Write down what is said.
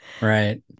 Right